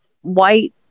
white